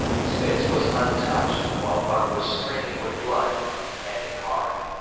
spitz was untouched, while buck was streaming with blood and panting hard.